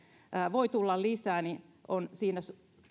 voi tulla lisää siinä